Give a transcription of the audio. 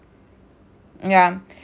yeah